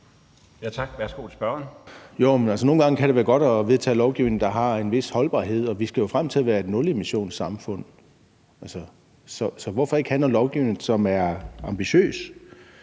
nogle gange kan det være godt at vedtage lovgivning, der har en vis holdbarhed, og vi skal jo frem til at være et nulemissionssamfund. Så hvorfor ikke have lovgivning, som er ambitiøs?